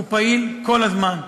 הוא פעיל כל הזמן,